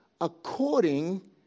according